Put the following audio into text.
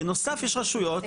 בנוסף יש רשויות.